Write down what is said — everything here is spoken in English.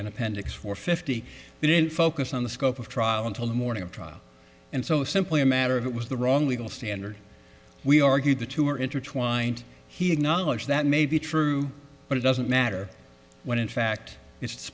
and appendix four fifty didn't focus on the scope of trial until the morning of trial and so simply a matter of it was the wrong legal standard we argued the two are intertwined he acknowledged that may be true but it doesn't matter when in fact it's